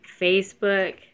Facebook